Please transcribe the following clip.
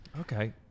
Okay